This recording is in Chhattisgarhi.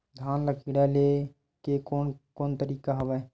धान ल कीड़ा ले के कोन कोन तरीका हवय?